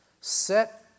set